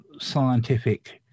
scientific